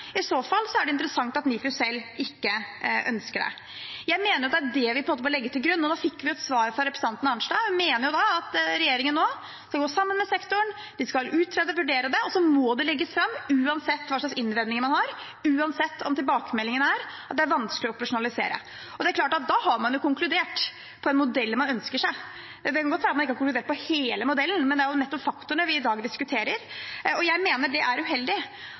I så fall er det interessant at NIFU selv ikke ønsker det. Jeg mener at det er det vi må legge til grunn. Vi fikk nå et svar fra representanten Arnstad. Hun mener at regjeringen skal gå sammen med sektoren, de skal utrede og vurdere det, og så må det legges fram, uansett hva slags innvendinger man har, uansett om tilbakemeldingen er at det er vanskelig å operasjonalisere. Det er klart at da har man jo konkludert på en modell man ønsker seg. Jeg kan godt være med på at man ikke har konkludert på hele modellen, men det er nettopp faktorene vi i dag diskuterer. Jeg mener det er uheldig.